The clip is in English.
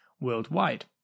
worldwide